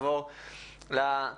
אני מחדש את הישיבה.